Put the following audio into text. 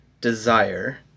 desire